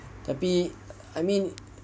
tapi I mean